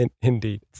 Indeed